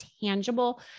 tangible